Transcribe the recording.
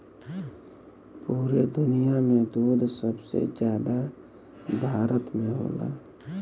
पुरे दुनिया में दूध सबसे जादा भारत में होला